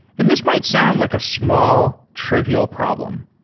and this might sound like a small trivial problem,